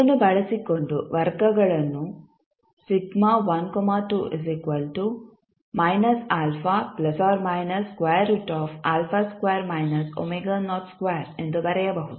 ಇದನ್ನು ಬಳಸಿಕೊಂಡು ವರ್ಗಗಳನ್ನು ಎಂದು ಬರೆಯಬಹುದು